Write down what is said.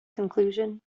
conclusion